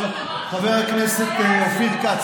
חבר הכנסת אופיר כץ,